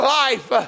life